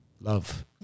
love